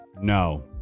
no